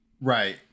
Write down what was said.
Right